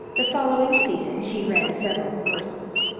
the following season she ran several courses.